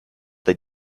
they